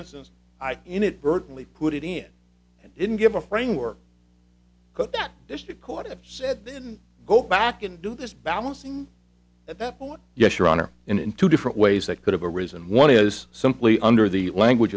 instance i inadvertently put it in and didn't give a framework if you caught it then go back and do this balancing at that point yes your honor in two different ways that could have a reason one is simply under the language